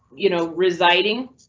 you know, residing.